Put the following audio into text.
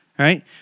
right